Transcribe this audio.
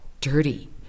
dirty